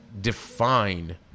define